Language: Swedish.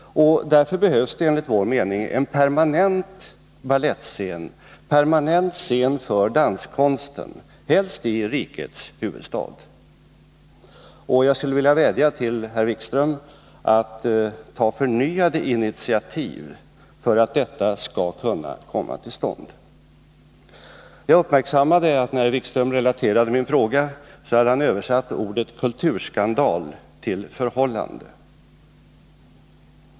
Därför behövs det enligt vår mening en permanent balettscen — en permanent scen för danskonsten— helst i rikets huvudstad. Jag vädjar till herr Wikström om att han tar förnyade initiativ för att detta skall kunna komma till stånd. Jag uppmärksammade att herr Wikström, när han relaterade min fråga, hade översatt kulturskandal till förhållande.